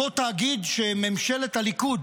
אותו תאגיד שממשלת הליכוד